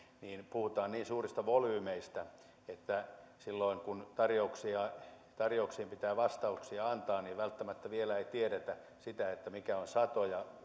niin puhutaan niin suurista volyymeistä että silloin kun tarjouksiin pitää vastauksia antaa niin välttämättä vielä ei tiedetä sitä mikä on sato ja